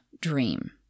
dream